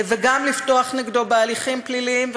וגם לפתוח נגדו בהליכים פליליים,